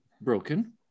broken